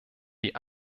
die